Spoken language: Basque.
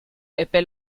epe